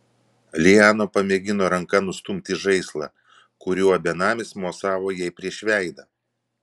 liana pamėgino ranka nustumti žaislą kuriuo benamis mosavo jai prieš veidą